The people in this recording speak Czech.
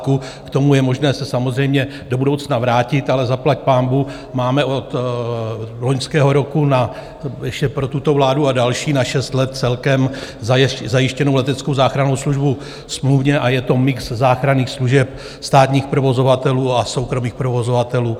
K tomu je možné se samozřejmě do budoucna vrátit, ale zaplaťpánbůh máme od loňského roku ještě pro tuto vládu a další na šest let celkem zajištěnou leteckou záchrannou službu smluvně a je to mix záchranných služeb státních provozovatelů a soukromých provozovatelů.